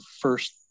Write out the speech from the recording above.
first